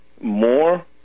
more